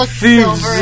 thieves